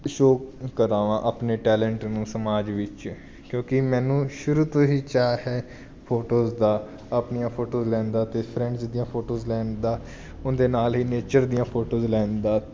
show ਕਰਾਵਾ ਆਪਣੇ talent ਨੂੰ ਸਮਾਜ ਵਿੱਚ ਕਿਉਂਕਿ ਮੈਨੂੰ ਸ਼ੁਰੂ ਤੋਂ ਹੀ ਚਾਅ ਹੈ ਫੋਟੋਜ ਦਾ ਆਪਣੀਆਂ ਫੋਟੋ ਲੈਂਦਾ ਅਤੇ ਫਰੈਂਡਸ ਦੀਆਂ ਫੋਟੋਜ਼ ਲੈਣ ਦਾ ਉਹਦੇ ਨਾਲ ਹੀ ਨੇਚਰ ਦੀਆਂ ਫੋਟੋਜ਼ ਲੈਣ ਦਾ